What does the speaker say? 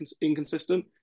inconsistent